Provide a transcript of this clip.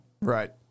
Right